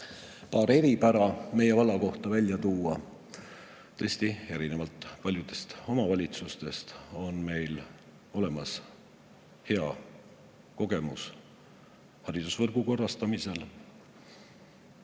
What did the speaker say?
Paar eripära tahan ka meie valla kohta välja tuua. Tõesti, erinevalt paljudest omavalitsustest on meil olemas hea kogemus haridusvõrgu korrastamisel.